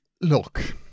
Look